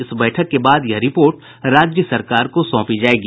इस बैठक के बाद ये रिपोर्ट राज्य सरकार को सौंप दी जायेगी